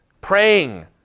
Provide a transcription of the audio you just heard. praying